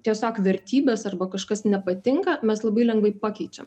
tiesiog vertybės arba kažkas nepatinka mes labai lengvai pakeičiam